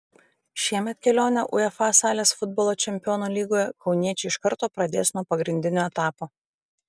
šiemet kelionę uefa salės futbolo čempionų lygoje kauniečiai iš karto pradės nuo pagrindinio etapo